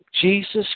Jesus